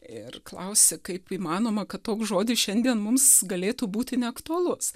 ir klausi kaip įmanoma kad toks žodis šiandien mums galėtų būti neaktualus